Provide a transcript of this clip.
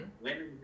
Women